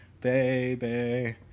Baby